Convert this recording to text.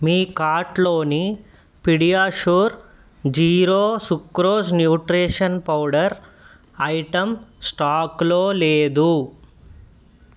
మీ కార్ట్లోని PediaSure zero sucrose nutrition powder item స్టాకులో లేదు